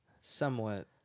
somewhat